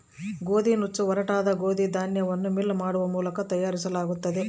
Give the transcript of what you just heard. ಗೋದಿನುಚ್ಚು ಒರಟಾದ ಗೋದಿ ಧಾನ್ಯವನ್ನು ಮಿಲ್ ಮಾಡುವ ಮೂಲಕ ತಯಾರಿಸಲಾಗುತ್ತದೆ